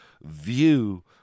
view